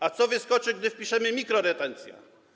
A co wyskoczy, gdy wpiszemy ˝mikroretencja”